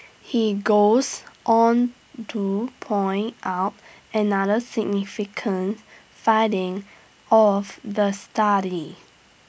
he goes on to point out another significant finding of the study